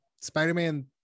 Spider-Man